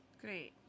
Great